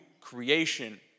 creation